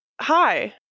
hi